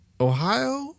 Ohio